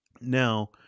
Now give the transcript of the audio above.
Now